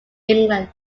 england